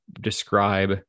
describe